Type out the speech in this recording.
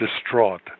distraught